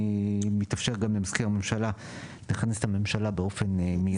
אז מתאפשר גם למזכיר הממשלה לכנס את הממשלה באופן מיידי.